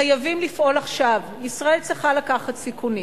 חייבים לפעול עכשיו, ישראל צריכה לקחת סיכונים.